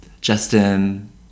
justin